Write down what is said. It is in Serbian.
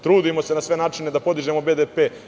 Trudimo se na sve načine da podižemo BDP.